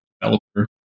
developer